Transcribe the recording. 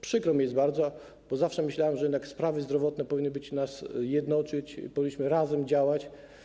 Przykro mi jest bardzo, bo zawsze myślałem, że jednak sprawy zdrowotne powinny nas jednoczyć, powinniśmy razem działać.